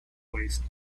waist